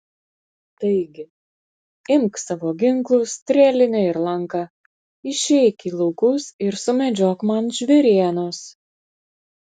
taigi imk savo ginklus strėlinę ir lanką išeik į laukus ir sumedžiok man žvėrienos